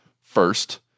first